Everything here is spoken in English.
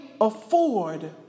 afford